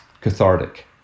cathartic